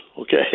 okay